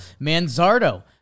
Manzardo